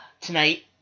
tonight